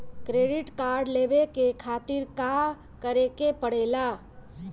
Credit card लेवे के खातिर का करेके पड़ेला?